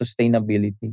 sustainability